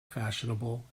fashionable